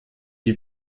die